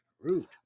Rude